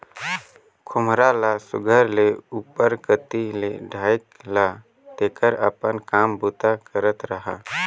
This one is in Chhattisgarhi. खोम्हरा ल सुग्घर ले उपर कती ले ढाएक ला तेकर अपन काम बूता करत रहा